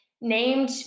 named